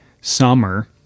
summer